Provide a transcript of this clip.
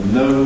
no